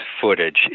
footage